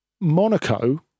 Monaco